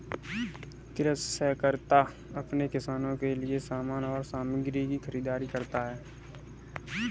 कृषि सहकारिता अपने किसानों के लिए समान और सामग्री की खरीदारी करता है